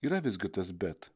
yra visgi tas bet